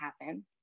happen